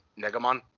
Negamon